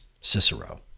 Cicero